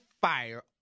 fire